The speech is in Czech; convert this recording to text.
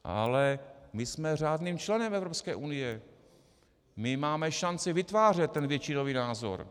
Ale my jsme řádným členem Evropské unie, my máme šanci vytvářet většinový názor.